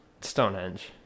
Stonehenge